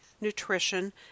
nutrition